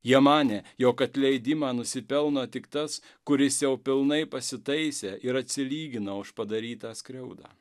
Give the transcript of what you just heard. jie manė jog atleidimo nusipelno tik tas kuris jau pilnai pasitaisė ir atsilygino už padarytą skriaudą